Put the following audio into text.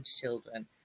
children